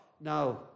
Now